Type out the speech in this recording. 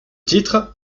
titre